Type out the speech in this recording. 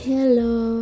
Hello